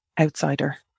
outsider